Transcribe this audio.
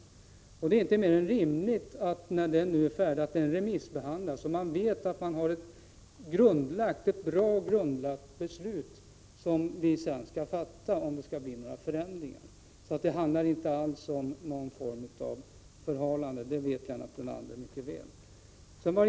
När undersökningen nu är färdig är det rimligt att den remissbehandlas, så att vi har en bra grund innan vi fattar beslut om eventuella förändringar. Det handlar alltså inte om någon form av förhalande — det vet Lennart Brunander mycket väl.